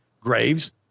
graves